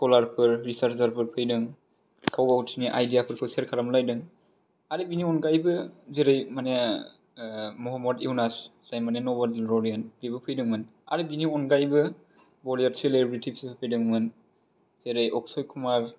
स्क'लारफोर रिसार्चारफोर फैदों गाव गावसोरनि आइडियासफोरखौ सेयार खालामलायदों आरो बिनि अनगायैबो जेरै माने महम्मद युनास जाय माने नब'लरियान बेबो फैदोंमोन आरो बिनि अनगायैबो बलिवुड सेलेब्रेथिफोर फैदोंमोन जेरै अक्सय कुमार